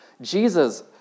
Jesus